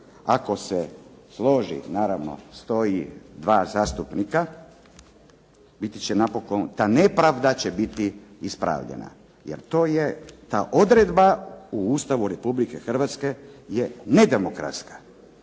ako se složi naravno stoji dva zastupnika, ta nepravda će biti ispravljena, jer to je ta odredba u Ustavu Republike Hrvatske je nedemokratska,